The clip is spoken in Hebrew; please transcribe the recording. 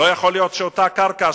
לא יכול להיות שאותה קרקע,